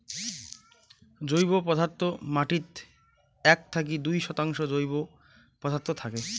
জৈব পদার্থ মাটিত এক থাকি দুই শতাংশ জৈব পদার্থ থাকে